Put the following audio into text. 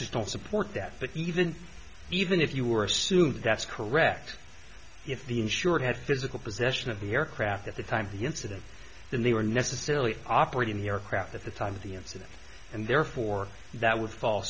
facts don't support that but even even if you were assume that's correct if the insured had physical possession of the aircraft at the time of the incident then they were necessarily operating the aircraft at the time of the incident and therefore that would fall